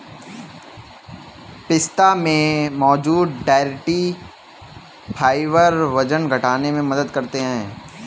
पिस्ता में मौजूद डायट्री फाइबर वजन घटाने में मदद करते है